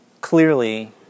clearly